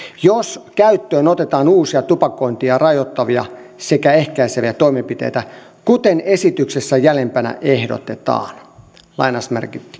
jos käyttöön otetaan uusia tupakointia rajoittavia ja ehkäiseviä toimenpiteitä kuten esityksessä jäljempänä ehdotetaan